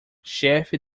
chefe